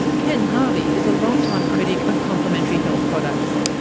ken harvey is a long-time critic of complementary health products.